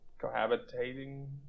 cohabitating